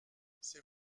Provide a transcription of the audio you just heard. c’est